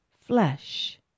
flesh